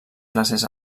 classes